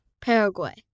Paraguay